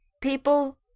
people